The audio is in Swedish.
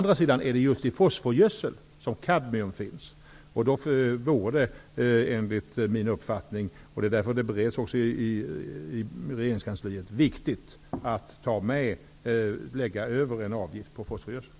Däremot är det just i fosforgödsel som kadmium finns. Då vore det enligt min uppfattning, och det är därför frågan bereds i regeringskansliet, viktigt att lägga över en avgift på fosforgödseln.